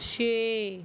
ਛੇ